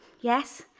Yes